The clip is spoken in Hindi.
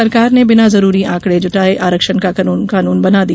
सरकार ने बिना जरूरी आंकड़े जुटाए आरक्षण का कानून बना दिया